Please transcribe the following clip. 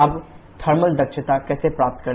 अब थर्मल दक्षता कैसे प्राप्त करें